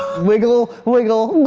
wiggle, wiggle